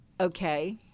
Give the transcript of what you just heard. okay